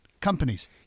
companies